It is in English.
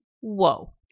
Whoa